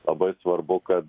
labai svarbu kad